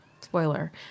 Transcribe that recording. Spoiler